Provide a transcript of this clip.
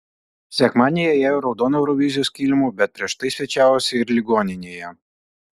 sekmadienį jie ėjo raudonu eurovizijos kilimu bet prieš tai svečiavosi ir ligoninėje